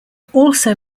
also